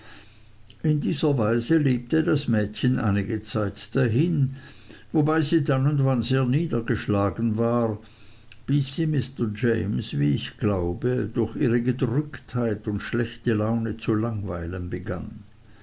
in dieser weise lebte das mädchen einige zeit dahin wobei sie dann und wann sehr niedergeschlagen war bis sie mr james wie ich glaube durch ihre gedrücktheit und schlechte laune zu langweilen begann